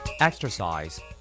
Exercise